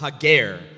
hager